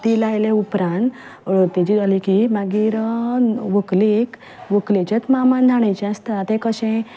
ती लायल्या उपरान हळद तेजी जाली की मागीर व्हंकलेक व्हंकलेच्याच मामान न्हाणूचें आसता तें कशें